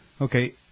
okay